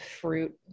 fruit